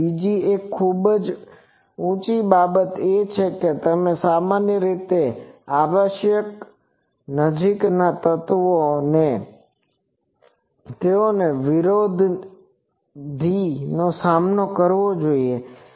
તેથી બીજી એક ખૂબ ઉંચી બાબત એ છે કે તેમણે સામાન્ય રીતે આવશ્યક નજીકના તત્વોનો તેઓએ વિરોધી સામનો કરવો જોઇએ